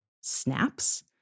snaps